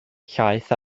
llaeth